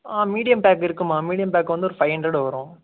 ஆ medium pack இருக்கும்மா medium pack ஒன்று ஒரு ஃபை ஹண்ட்ரேட் வரும்